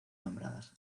nombradas